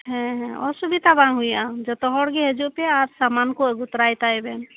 ᱦᱮᱸ ᱦᱮᱸ ᱚᱥᱩᱵᱤᱫᱷᱟ ᱵᱟᱝ ᱦᱩᱭᱩᱜᱼᱟ ᱡᱚᱛᱚ ᱦᱚᱲ ᱜᱮ ᱦᱤᱡᱩᱜ ᱯᱮ ᱟᱨ ᱥᱟᱢᱟᱱ ᱠᱚ ᱟᱹᱜᱩ ᱛᱚᱨᱟᱭ ᱛᱟᱭᱵᱮᱱ